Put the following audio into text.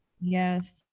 Yes